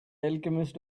alchemist